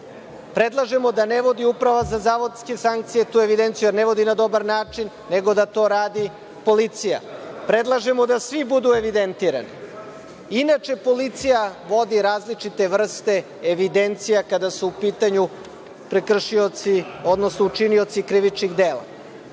Predlažemo da ne vodi Uprava za zavodske sankcije tu evidenciju, jer ne vodi na dobar način, nego da to radi policija. Predlažemo da svi budu evidentirani. Inače policija vodi različite vrste evidencija kada su u pitanju prekršioci, odnosno počinioci krivičnih dela.